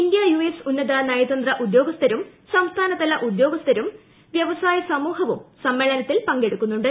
India US ഉന്നത നയതന്ത്ര ഉദ്യോഗസ്ഥരും സംസ്ഥാനതല ഉദ്യോഗസ്ഥരും വൃവസായ സമൂഹവും സമ്മേളനത്തിൽ പങ്കെടുക്കുന്നുണ്ട്